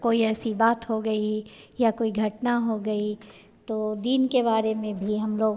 कोई ऐसी बात हो गई या कोई घटना हो गई तो दीन के बारे में भी हम लोग